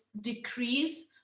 decrease